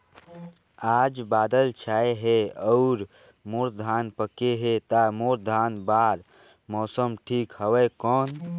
आज बादल छाय हे अउर मोर धान पके हे ता मोर धान बार मौसम ठीक हवय कौन?